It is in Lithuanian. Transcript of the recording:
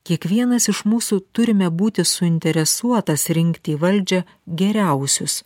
kiekvienas iš mūsų turime būti suinteresuotas rinkti į valdžią geriausius